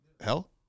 Hell